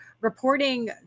reporting